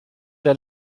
der